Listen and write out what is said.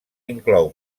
inclou